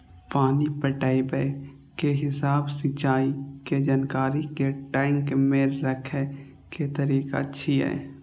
पानि पटाबै के हिसाब सिंचाइ के जानकारी कें ट्रैक मे राखै के तरीका छियै